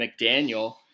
McDaniel